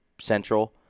Central